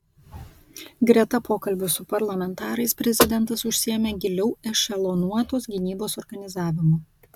greta pokalbių su parlamentarais prezidentas užsiėmė giliau ešelonuotos gynybos organizavimu